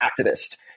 activist